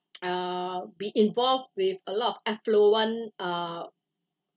uh be involved with a lot of affluent uh